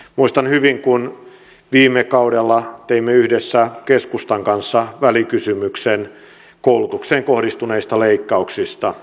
muistan hyvin kun viime kaudella teimme yhdessä keskustan kanssa välikysymyksen koulutukseen kohdistuneista leikkauksista